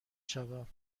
شوم